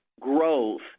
growth